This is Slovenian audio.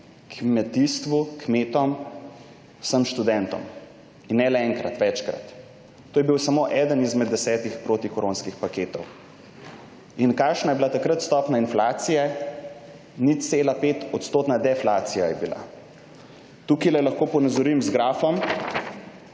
kmetijstvu, kmetom, vsem študentom. In ne le enkrat, večkrat. To je bil samo eden izmed desetih protikoronskih paketov. In kakšna je bila takrat stopnja inflacije? 0,5 % deflacija je bila. Tukajle lahko ponazorim z grafom